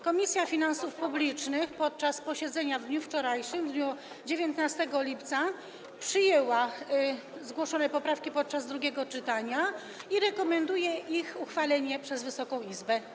Komisja Finansów Publicznych podczas posiedzenia w dniu wczorajszym, w dniu 19 lipca przyjęła zgłoszone poprawki podczas drugiego czytania i rekomenduje ich przyjęcie przez Wysoką Izbę.